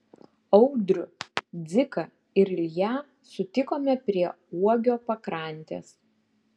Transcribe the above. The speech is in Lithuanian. audrių dziką ir ilją sutikome prie uogio pakrantės